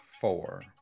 four